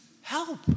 help